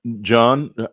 John